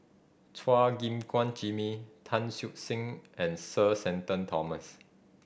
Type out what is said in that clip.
Chua Gim Guan Jimmy Tan Siew Sin and Sir Shenton Thomas